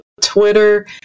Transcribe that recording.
Twitter